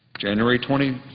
january twenty